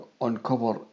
uncover